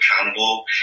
accountable